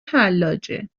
حلاجه